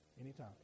anytime